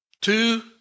Two